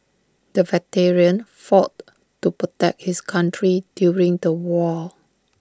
the veteran fought to protect his country during the war